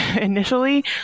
initially